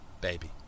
baby